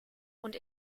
und